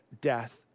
death